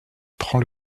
prend